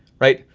right.